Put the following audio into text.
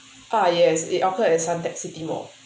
ah yes it occurred at suntec city mall